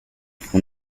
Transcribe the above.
fue